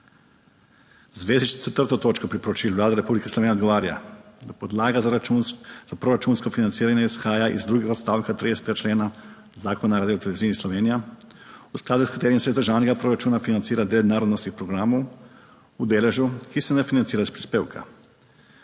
V zvezi s 4. točko priporočil Vlade Republike Slovenije odgovarja, da podlaga za račun…, za proračunsko financiranje izhaja iz drugega odstavka 30. člena Zakona o Radioteleviziji Slovenija, v skladu s katerim se iz državnega proračuna financira del narodnostnih programov v deležu, ki se ne financira iz prispevka,